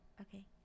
Okay